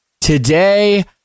today